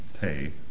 pay